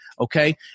okay